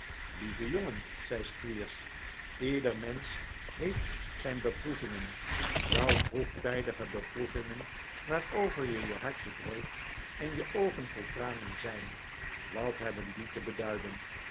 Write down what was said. lieve jongen zei squeers ieder mensch heeft zijn beproevingen jouw vroegtijdige beproevingen waarover je je hartje breekt en je oogen vol tranen zijn wat hebben die te beduiden